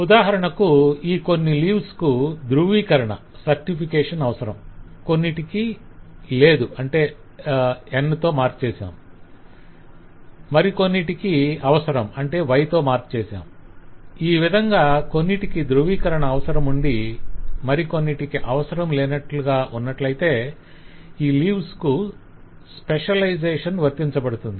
ఉదాహరణకు ఈ కొన్ని లీవ్స్ కు ధ్రువీకరణ అవసరం - కొన్నిటికి 'N' లేదు అని దీనికి దీనికి 'N' లేదు అని మరి కొన్నిటికి 'Y' అవసరం అని - ఈ విధంగా కొన్నిటికి ధ్రువీకరణ అవసరముండి మరి కొన్నిటికి అవసరం లేనట్లుగా ఉన్నట్లయితే ఈ లీవ్స్ కు స్పెషలైజేషన్ వర్తించబడుతుంది